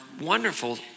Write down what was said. wonderful